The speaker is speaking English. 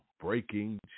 Breaking